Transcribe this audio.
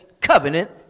covenant